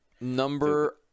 number